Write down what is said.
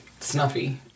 Snuffy